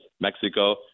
Mexico